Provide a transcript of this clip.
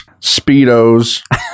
Speedos